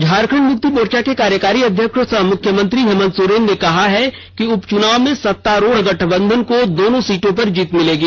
झारखंड मुक्ति मोर्चा के कार्यकारी अध्यक्ष सह मुख्यमंत्री हेमंत सोरेन ने कहा है कि उपचुनाव में सत्तारूढ़ गठंबंधन को दोनों सीटों पर जीत मिर्लगी